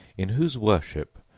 in whose worship,